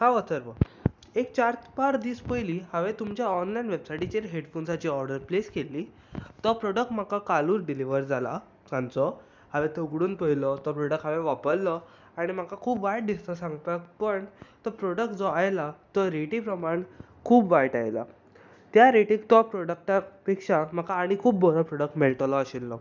हांव अथर्व हांवे एक चार पांच दीस पयलीं तुमच्या ऑनलायन वेबसायटीचेर हेडफोन्स ऑर्डर प्लेस केल्ली तो प्रॉडक्ट म्हाका कालूच डिलीवर जाला सांजचो हांवेन तो उगडून पळयलो प्रॉडक्ट हांवेन वापरलो आनी म्हाका खूब वायट दिसता सांगपाक पूण तो प्रॉडक्ट जो आयला तो रेटी प्रमाण खूब वायट आयला त्या रेटीक तो प्रॉडक्टा पेक्षा म्हाका खूब बरो प्रॉडक्ट मेळटलो आशिल्लो